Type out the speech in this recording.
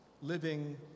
Living